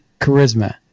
charisma